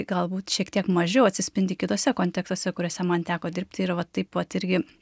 galbūt šiek tiek mažiau atsispindi kituose kontekstuose kuriuose man teko dirbti ir va taip vat irgi